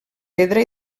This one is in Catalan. pedra